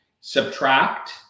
subtract